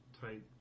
tight